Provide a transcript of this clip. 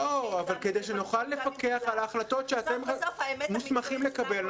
כדי שנוכל לפקח על ההחלטות שאתם מוסמכים לקבל,